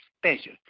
special